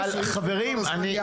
חברים,